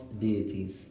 deities